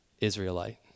Israelite